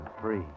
Free